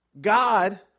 God